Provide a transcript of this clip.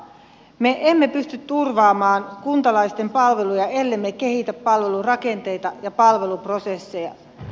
me emme pysty turvaamaan kuntalaisten palveluja ellemme kehitä palvelurakenteita ja palveluprosesseja